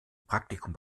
praktikum